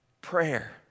Prayer